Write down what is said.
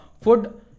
food